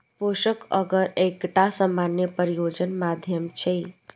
पोषक अगर एकटा सामान्य प्रयोजन माध्यम छियै